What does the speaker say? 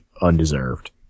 undeserved